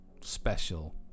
special